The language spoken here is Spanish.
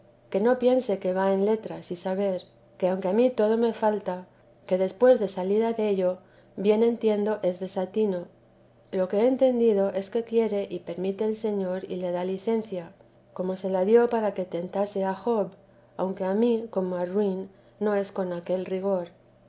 que no piense que va en letras y saber que aunque a mí todo me falta después de salida dello bien entiendo es desatino lo que he entendido es que quiere y permite el señor y le da licencia como se la dio para que tentase a job aunque a mí como a ruin no es con aquel rigor